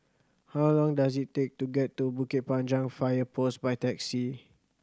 how long does it take to get to Bukit Panjang Fire Post by taxi